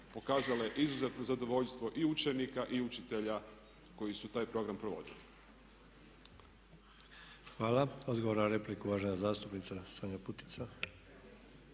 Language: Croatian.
pokazala je izuzetno zadovoljstvo i učenika i učitelja koji su taj program provodili. **Sanader, Ante (HDZ)** Hvala. Odgovor na repliku, uvažena zastupnica Sanja Putica.